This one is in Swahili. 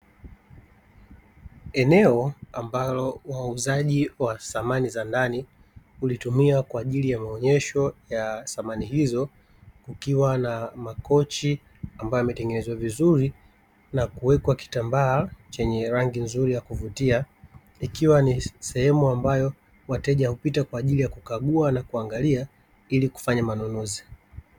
Eneo ambalo wauzaji wa samani za ndani hulitumia kwa ajili ya maonyesho ya samani hizo, kukiwa na makochi ambayo yametengenezwa vizuri na kuwekwa kitambaa chenye rangi nzuri ya kuvutia; ikiwa ni sehemu ambayo wateja hupita kwa ajili ya kukagua na kuangalia ili kufanya manunuzi.